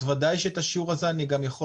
אז בוודאי שאת השיעור הזה אני גם יכול